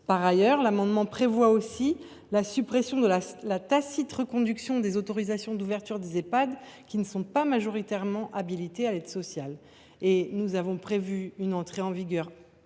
Par ailleurs, l’amendement vise la suppression de la tacite reconduction des autorisations d’ouverture des Ehpad qui ne sont pas majoritairement habilités à l’aide sociale. Je précise que nous avons prévu une entrée en vigueur